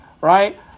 Right